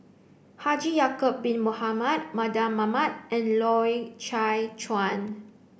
Haji Ya'acob Bin Mohamed Mardan Mamat and Loy Chye Chuan